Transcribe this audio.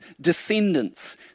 descendants